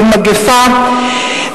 מגפה.